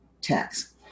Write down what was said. tax